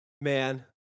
man